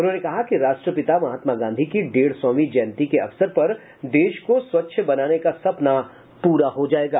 उन्होंने कहा कि राष्ट्रपिता महात्मा गांधी की डेढ़ सौवीं जयंती के अवसर पर देश को स्वच्छ बनाने का सपना पूरा हो जायेगा